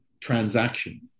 transaction